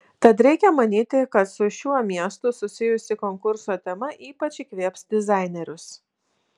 tad reikia manyti kad su šiuo miestu susijusi konkurso tema ypač įkvėps dizainerius